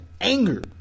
anger